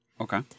Okay